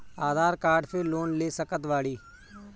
आधार card से loan ले सकत बणी?